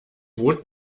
wohnt